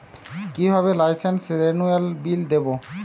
কিভাবে লাইসেন্স রেনুয়ালের বিল দেবো?